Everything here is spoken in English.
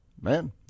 man